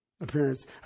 appearance